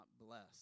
blessed